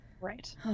Right